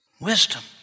Wisdom